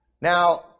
Now